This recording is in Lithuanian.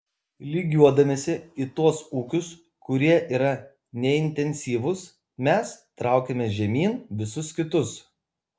lygiuodamiesi į tuos ūkius kurie yra neintensyvūs mes traukiame žemyn visus kitus